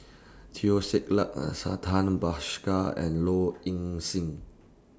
Teo Ser Luck An Santha Bhaskar and Low Ing Sing